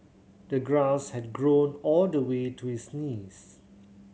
the grass had grown all the way to his knees